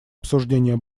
обсуждение